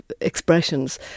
expressions